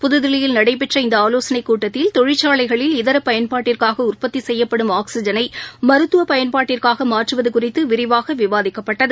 புத்தில்லியில் நடைபெற்ற இந்த ஆலோசனைக் கூட்டத்தில் தொழிற்சாலைகளில் இதர பயன்பாட்டிற்காக உற்பத்தி செய்யப்படும் ஆக்ஸிஜனை மருத்துவப் பயன்பாட்டிற்காக மாற்றுவது குறித்து விரிவாக விவாதிக்கப்பட்டது